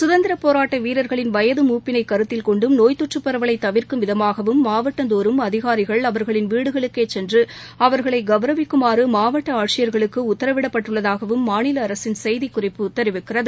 கதந்திரப் போராட்ட வீரர்களின் வயது மூப்பிளை கருத்தில் கொண்டும் நோய் தொற்று பரவலை தவிர்க்கும் விதமாகவும் மாவட்டந்தோறும் அதிகாரிகள் அவர்களின் வீடுகளுக்கே சென்று அவர்களை கௌரவிக்குமாறு மாவட்ட ஆட்சியர்களுக்கு உத்தரவிடப்பட்டுள்ளதாகவும் மாநில அரசின் செய்திக்குறிப்பு தெரிவிக்கிறது